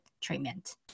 treatment